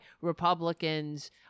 Republicans